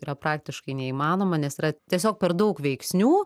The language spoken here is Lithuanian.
yra praktiškai neįmanoma nes yra tiesiog per daug veiksnių